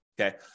Okay